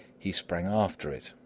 he sprang after it,